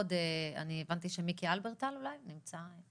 הבנתי שמיקי הלברטל נמצא.